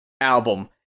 album